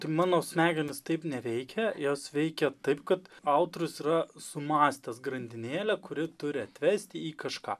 mano smegenys taip neveikia jos veikia taip kad autorius yra sumąstęs grandinėlę kuri turi atvesti į kažką